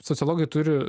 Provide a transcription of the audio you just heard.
sociologai turi